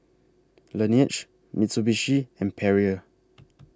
Laneige Mitsubishi and Perrier